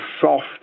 soft